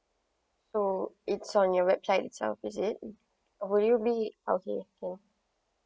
so it's on your website itself is it or would you be okay can